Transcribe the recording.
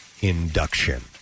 Induction